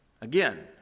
Again